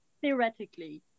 theoretically